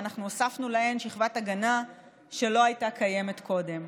ואנחנו הוספנו להן שכבת הגנה שלא הייתה קיימת קודם.